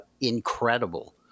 incredible